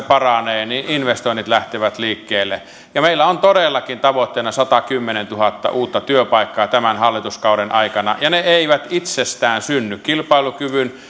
paranee niin investoinnit lähtevät liikkeelle meillä on todellakin tavoitteena satakymmentätuhatta uutta työpaikkaa tämän hallituskauden aikana ja ne eivät itsestään synny kilpailukyvyn